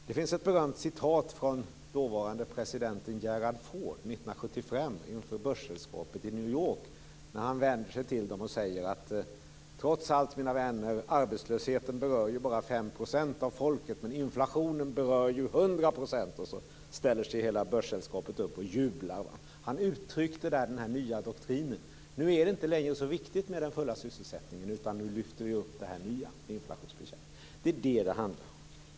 Det finns ett berömt yttrande från USA:s president Gerald Ford som han fällde 1975 inför börssällskapet i New York. Han sade då: Trots allt, mina vänner, arbetslösheten berör bara 5 % av folket, men inflationen berör ju 100 %. Då ställde sig hela börssällskapet upp och jublade. Gerald Ford uttryckte härmed den nya doktrinen: Nu är det inte längre så viktigt med den fulla sysselsättningen, utan nu lyfter vi fram inflationsbekämpningen. Det är detta som det handlar om.